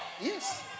Yes